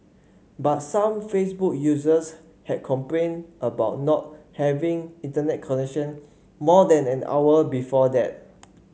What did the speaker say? but some Facebook users had complained about not having Internet connection more than an hour before that